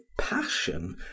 passion